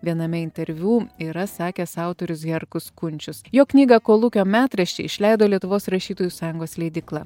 viename interviu yra sakęs autorius herkus kunčius jo knygą kolūkio metraščiai išleido lietuvos rašytojų sąjungos leidykla